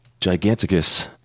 giganticus